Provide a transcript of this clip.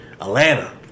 Atlanta